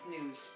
news